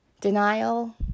denial